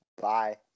Bye